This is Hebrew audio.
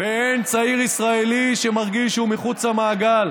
ואין צעיר ישראלי שמרגיש שהוא מחוץ למעגל